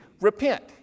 repent